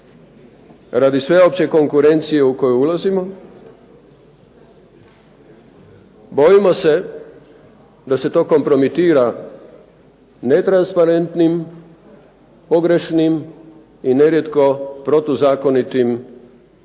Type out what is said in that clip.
radi sveopće konkurencije u koju ulazimo bojimo se da se kompromitira netransparentnim, pogrešnim i nerijetko protuzakonitim